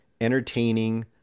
entertaining